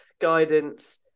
guidance